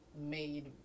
made